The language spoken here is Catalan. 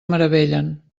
meravellen